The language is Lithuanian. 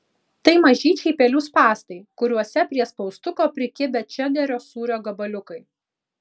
tai mažyčiai pelių spąstai kuriuose prie spaustuko prikibę čederio sūrio gabaliukai